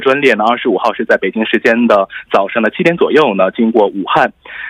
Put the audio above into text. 专列呢，25号是在北京时间的早上的7点左右呢，经过武汉。